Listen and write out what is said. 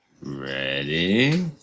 Ready